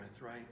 right